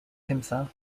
himself